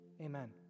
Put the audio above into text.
Amen